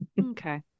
Okay